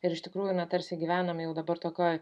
ir iš tikrųjų na tarsi gyvenam jau dabar tokioje